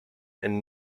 and